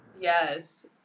Yes